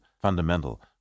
fundamental